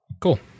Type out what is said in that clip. cool